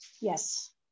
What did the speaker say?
Yes